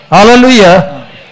Hallelujah